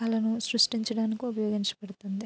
కలను సృష్టించడానికి ఉపయోగించబడుతుంది